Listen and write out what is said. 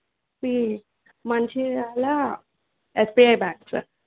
P Mancherial SBI bank sir